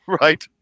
Right